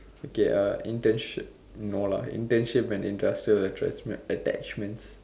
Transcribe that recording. okay internship no lah internship in industrial attach~ attachments